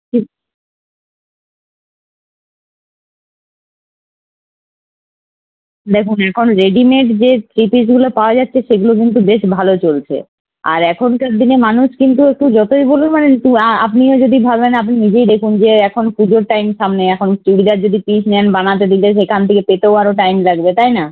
দেখুন এখন রেডিমেড যে থ্রি পিসগুলো পাওয়া যাচ্ছে সেগুলো কিন্তু বেশ ভালো চলছে আর এখনকার দিনে মানুষ কিন্তু একটু যতোই বলুন মানে একটু আপনিও যদি ভাবেন আপনি নিজেই দেখুন যে এখন পুজোর টাইম সামনে এখন চুড়িদার যদি পিস নেন বানাতে দিলে সেখান থেকে পেতেও আরও টাইম লাগবে তাই না